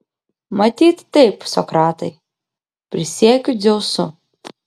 matyt taip sokratai prisiekiu dzeusu